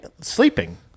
Sleeping